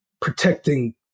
protecting